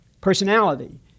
personality